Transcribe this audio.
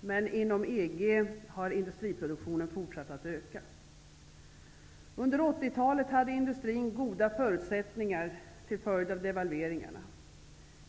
Men inom EG har industriproduktionen fortsatt att öka. Under 80-talet hade industrin goda förutsättningar till följd av delvalveringarna.